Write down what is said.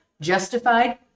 Justified